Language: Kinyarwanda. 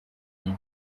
gihe